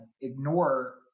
ignore